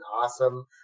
awesome